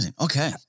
Okay